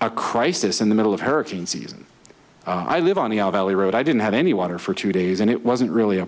a crisis in the middle of hurricane season i live on the elderly road i didn't have any water for two days and it wasn't really a